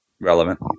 relevant